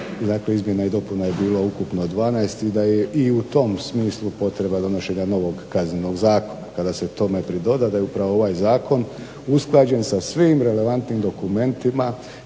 Dakle, izmjena i dopuna je bilo ukupno 12 i da je i u tom smislu potreba donošenja novog Kaznenog zakona. Kada se tome pridoda da je upravo ovaj zakon usklađen sa svim relevantnim dokumentima